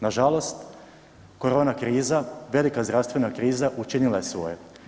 Nažalost, korona kriza, velika zdravstvena kriza učinila je svoje.